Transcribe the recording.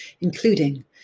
including